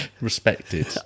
Respected